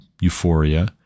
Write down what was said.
euphoria